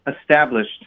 established